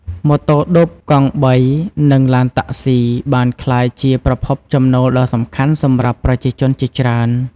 ម៉ូតូឌុប កង់បីនិងឡានតាក់ស៊ីបានក្លាយជាប្រភពចំណូលដ៏សំខាន់សម្រាប់ប្រជាជនជាច្រើន។